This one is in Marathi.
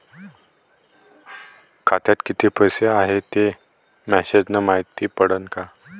खात्यात किती पैसा हाय ते मेसेज न मायती पडन का?